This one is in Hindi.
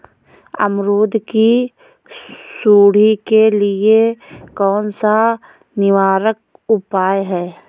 अमरूद की सुंडी के लिए कौन सा निवारक उपाय है?